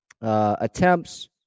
Attempts